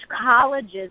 colleges